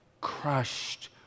crushed